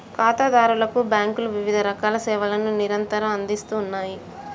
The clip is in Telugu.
ఖాతాదారులకు బ్యాంకులు వివిధరకాల సేవలను నిరంతరం అందిస్తూ ఉన్నాయి